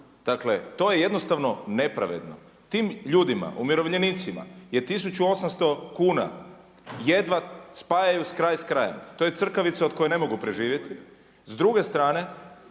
Dakle to je jednostavno nepravedno. Tim ljudima umirovljenicima je 1800 kuna jedva spajaju kraj s krajem, to je crkavica od koje ne mogu preživjeti. S druge strane